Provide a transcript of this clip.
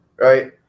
right